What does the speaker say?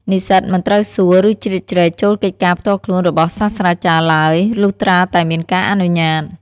និស្សិតមិនត្រូវសួរ ឬជ្រៀតជ្រែកចូលកិច្ចការផ្ទាល់ខ្លួនរបស់សាស្រ្តាចារ្យឡើយ លុះត្រាតែមានការអនុញ្ញាត។